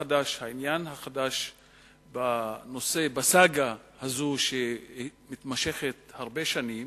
העניין החדש בסאגה הזאת, שמתמשכת הרבה שנים,